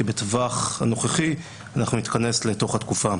כי בטווח הנוכחי אנחנו נתכנס לתוך התקופה.